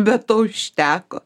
bet to užteko